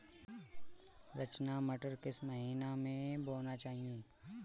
रचना मटर किस महीना में बोना चाहिए?